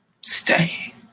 Stay